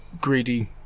greedy